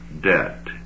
debt